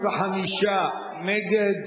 35 נגד,